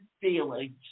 feelings